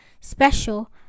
special